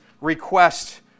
request